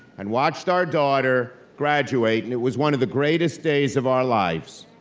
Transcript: and watched our daughter graduate, and it was one of the greatest days of our lives.